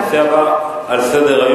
הנושא הבא על סדר-היום,